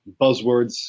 buzzwords